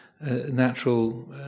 natural